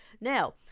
Now